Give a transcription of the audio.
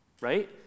Right